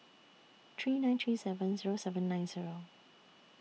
three nine three seven Zero seven nine Zero